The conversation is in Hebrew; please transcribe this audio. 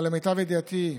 אבל למיטב ידיעתי,